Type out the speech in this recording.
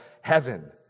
heaven